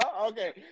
Okay